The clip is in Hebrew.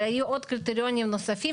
אבל היו עוד קריטריונים נוספים.